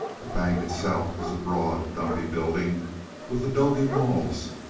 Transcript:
the bank itself was a broad, dumpy building with adobe walls,